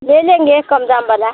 ले लेंगे कम दाम वाला